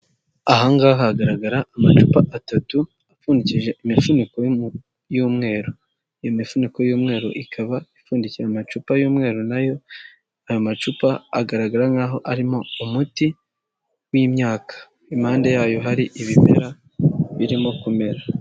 Ahangaha hagaragara amacupa atatu apfundikishije imishuniko y'umweru, iyo mifuniko y'umweru ikaba ipfundikiye amacupa y'umweru nayo, ayo macupa agaragara nk'aho arimo umuti w'imyaka, impande yayo hari ibimera birimo kumera.